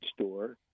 store